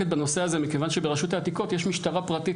בנושא הזה מכיוון שברשות העתיקות יש משטרה פרטית